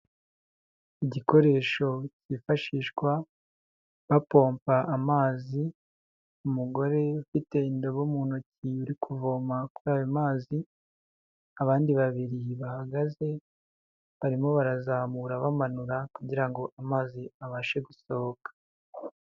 Igikoresho cyifashishwa bapompa amazi, umugore ufite indobo mu ntoki ari kuvoma kuri ayo mazi, abandi babiri bahagaze barimo barazamura bamanura kugira ngo amazi abashe gusohoka.